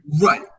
right